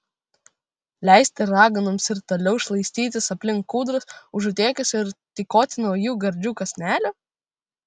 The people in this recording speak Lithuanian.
leisti raganoms ir toliau šlaistytis aplink kūdras užutėkius ir tykoti naujų gardžių kąsnelių